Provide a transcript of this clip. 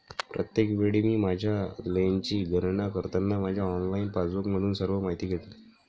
प्रत्येक वेळी मी माझ्या लेनची गणना करताना माझ्या ऑनलाइन पासबुकमधून सर्व माहिती घेतो